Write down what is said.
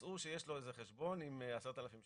הבעיה היחידה שיש לי עם כל נושא הגבייה,